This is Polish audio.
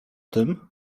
tym